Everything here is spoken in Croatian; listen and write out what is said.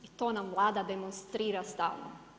I to nam Vlada demonstrira stalno.